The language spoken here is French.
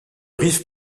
riff